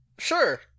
sure